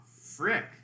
frick